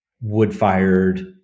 wood-fired